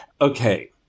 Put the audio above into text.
Okay